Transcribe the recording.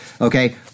Okay